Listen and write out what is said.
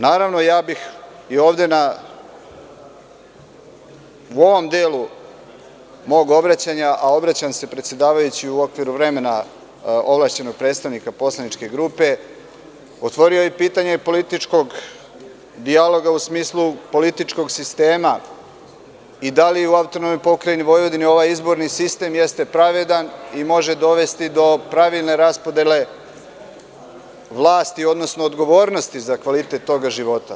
Naravno, i ovde bih u ovom delu mog obraćanja, a obraćam se, predsedavajući, u okviru vremena ovlašćenog predstavnika poslaničke grupe, otvorio pitanje političkog dijaloga u smislu političkog sistema i da li u AP Vojvodini ovaj izborni sistem jeste pravedan i da li može dovesti do pravilne raspodele vlasti, odnosno odgovornosti za kvalitet tog života.